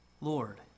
Lord